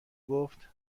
گفت